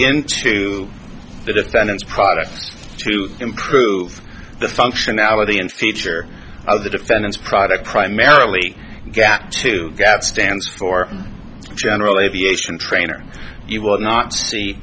into the defendant's product to improve the functionality and feature of the defendant's product primarily gak too bad stands for general aviation training you will not see